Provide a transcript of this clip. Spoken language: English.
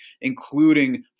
including